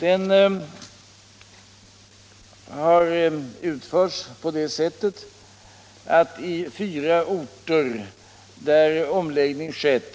Den har utförts på så sätt att man i fyra orter där omläggning skett